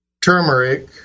turmeric